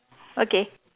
okay